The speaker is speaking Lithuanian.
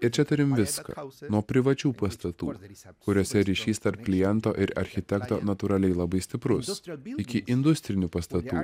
ir čia turim viską nuo privačių pastatų kuriuose ryšys tarp kliento ir architekto natūraliai labai stiprus iki industrinių pastatų